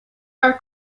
are